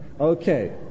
Okay